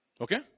Okay